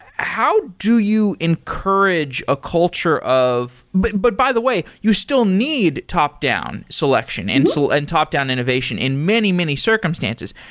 how do you encourage a culture of but but by the way, you still need top-down selection and and top down innovation in many, many circumstances.